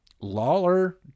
Lawler